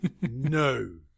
No